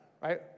right